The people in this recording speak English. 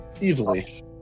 Easily